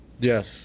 Yes